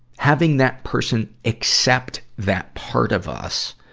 having that person accept that part of us,